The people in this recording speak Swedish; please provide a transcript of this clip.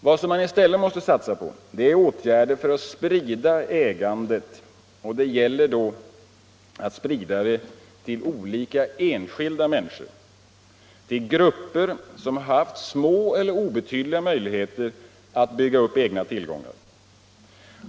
Vad man i stället måste satsa på är åtgärder för att sprida ägandet, särskilt till enskilda människor — till grupper som haft små eller obetydliga möjligheter att bygga upp egna tillgångar.